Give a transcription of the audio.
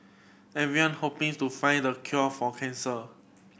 everyone hoping to find the cure for cancer